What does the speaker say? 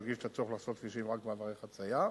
להדגיש את הצורך לחצות כבישים רק במעברי חצייה.